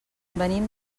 venim